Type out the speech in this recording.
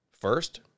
First